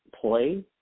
play